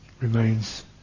remains